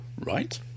right